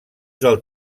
del